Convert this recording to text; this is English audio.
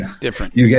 Different